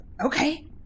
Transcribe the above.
Okay